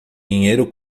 dinheiro